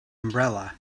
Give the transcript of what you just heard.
umbrella